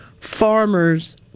farmers